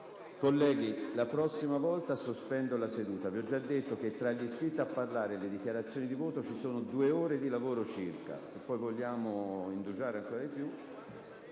Colleghi, la prossima volta sospendo la seduta. Vi ho già detto che, tra iscritti a parlare e dichiarazioni di voto ci sono due ore di lavoro circa.